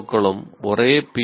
க்களும் ஒரே பி